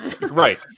right